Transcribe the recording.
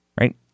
Right